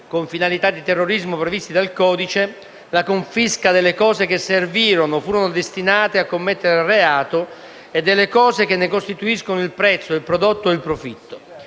Grazie